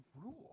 rule